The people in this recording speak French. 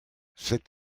c’est